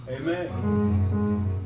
Amen